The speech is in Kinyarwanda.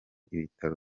ibitaro